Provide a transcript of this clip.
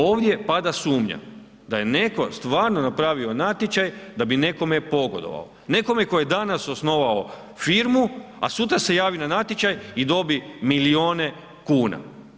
Ovdje pada sumnja da je neko stvarno napravio natječaj da bi nekome pogodovao, nekome tko je danas osnovao firmu, a sutra se javi na natječaj i dobi milione kuna.